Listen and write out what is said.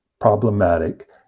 problematic